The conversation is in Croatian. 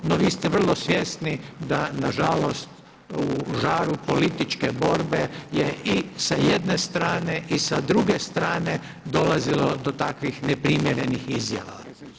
No vi ste vrlo svjesni da nažalost u žaru političke borbe je i sa jedne strane i sa druge strane dolazilo do takvih neprimjerenih izjava.